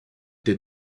did